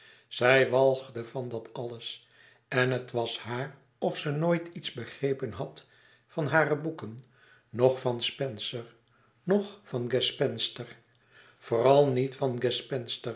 zij walgde van dat alles en het was haar of ze nooit iets begrepen had van hare boeken noch van spencer noch van gespenster vooràl niet van